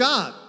God